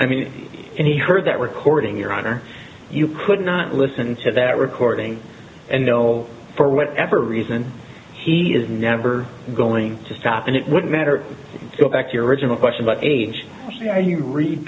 i mean when he heard that recording your honor you could not listen to that recording and know for whatever reason he is never going to stop and it would matter go back to your original question about age he read